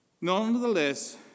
Nonetheless